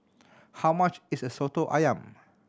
how much is Soto Ayam